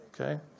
Okay